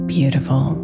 Beautiful